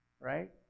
right